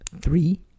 Three